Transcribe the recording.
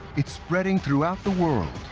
it's spreading throughout the world,